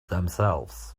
themselves